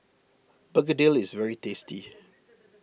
Begedil is very tasty